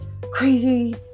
crazy